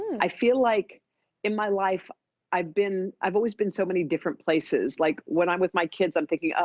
i feel like in my life i've been, i've always been so many different places. like when i'm with my kids i'm thinking,